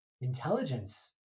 intelligence